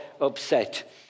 upset